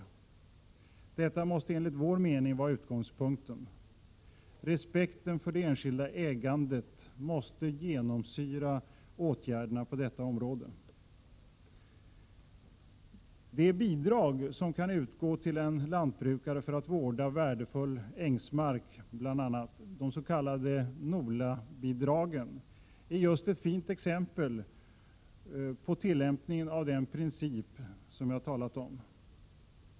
Detta måste enligt vår mening vara utgångspunkten. Respekten för det enskilda ägandet måste genomsyra åtgärderna på detta område. De bidrag som kan utgå till en lantbrukare för att vårda bl.a. värdefull ängsmark, de s.k. NOLA-bidragen, är just ett fint exempel på tillämpningen av den princip jag talat om.